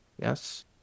Yes